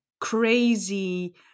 crazy